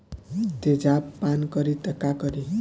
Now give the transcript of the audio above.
तेजाब पान करी त का करी?